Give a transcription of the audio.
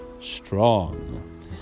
strong